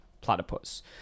platypus